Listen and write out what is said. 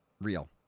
real